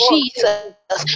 Jesus